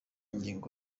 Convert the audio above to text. ngingo